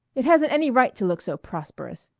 it hasn't any right to look so prosperous.